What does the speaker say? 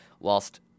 whilst